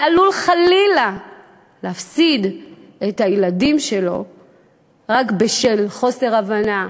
שעלול חלילה להפסיד את הילדים שלו רק בשל חוסר הבנה,